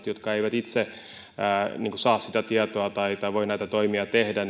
jotka eivät itse saa sitä tietoa tai voi näitä toimia tehdä